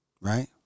right